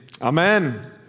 Amen